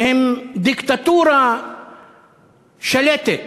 שהם דיקטטורה שלטת.